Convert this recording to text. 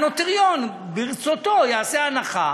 הנוטריון, ברצותו יעשה הנחה,